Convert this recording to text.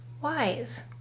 wise